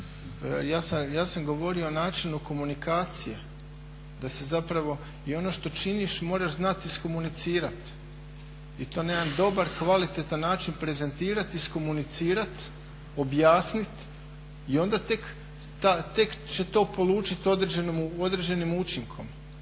Ja sam govorio o načinu komunikacije da se zapravo i ono što činiš moraš znati iskomunicirati i to na jedan dobar, kvalitetan način prezentirati, iskomunicirati, objasniti i onda tek to će polučiti određenim učinkom.